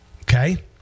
Okay